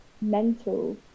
mental